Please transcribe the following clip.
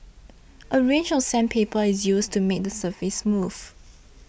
a range of sandpaper is used to make the surface smooth